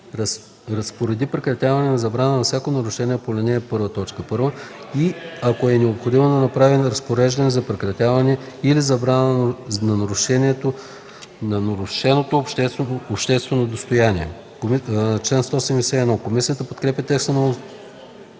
разпореди прекратяване или забрана на всяко нарушение по ал. 1, т. 1 и, ако е необходимо, да направи разпореждането за прекратяване или забраната на нарушението обществено достояние.” Комисията подкрепя текста на